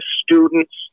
students